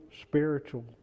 spiritual